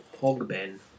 Hogben